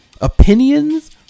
Opinions